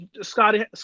Scotty